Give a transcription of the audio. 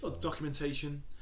Documentation